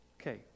Okay